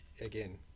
again